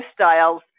lifestyles